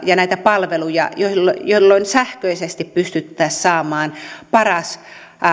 ja näitä palveluja jolloin sähköisesti pystyttäisiin saamaan paras